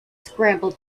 scramble